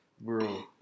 bro